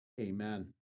Amen